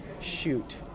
shoot